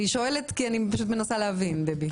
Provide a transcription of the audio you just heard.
אני שואלת כי אני מנסה להבין, דבי.